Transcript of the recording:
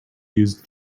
used